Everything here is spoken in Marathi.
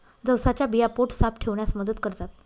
जवसाच्या बिया पोट साफ ठेवण्यास मदत करतात